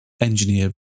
engineer